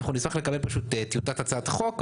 נשמח לקבל טיוטת הצעת חוק,